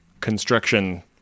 construction